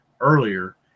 earlier